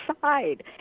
side